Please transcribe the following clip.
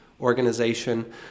organization